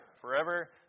forever